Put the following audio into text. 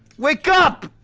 wake up!